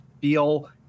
feel